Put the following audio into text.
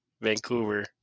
Vancouver